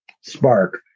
Spark